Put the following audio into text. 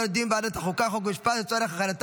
לוועדת החוקה, חוק ומשפט נתקבלה.